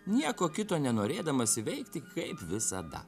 nieko kito nenorėdamas veikti kaip visada